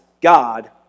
God